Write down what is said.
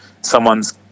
someone's